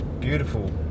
beautiful